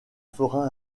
fera